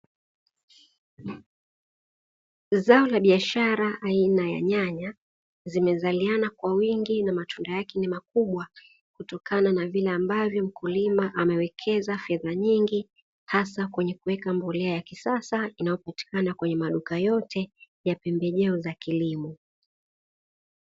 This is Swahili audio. Zao la biashara aina ya nyanya, zimezaliana kwa wingi na matunda yake ni makubwa kutokana na vile ambavyo mkulima amewekeza fedha nyingi, hasa kwenye kuweka mbolea ya kisasa inayopatikana kwenye maduka yote ya pembejeo za kilimo.